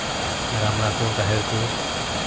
ᱟᱨ ᱟᱢᱲᱟ ᱠᱚ ᱨᱟᱦᱮᱲ ᱠᱚ